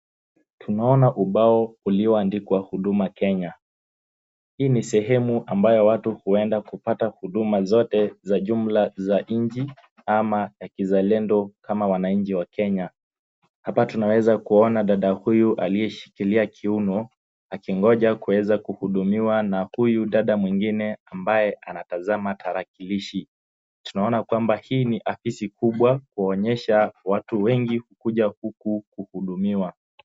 Tunaona ubao ulioandikwa Huduma Kenya. Hii ni sehemu ambayo watu huenda kupata huduma zote za jumla za nchi ama kizalendo kama wananchi wa Kenya. Hapa tunaeza kuona dada huyu aliyeshikilia kiuno akingoja kuweza kuhudumiwa na huyu dada mwingine ambaye anatazama tarakilishi. Tunaona kwamba hii ni afisi kubwa kuonyesha watu wengi huja huku kuhudumiwa.